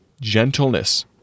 gentleness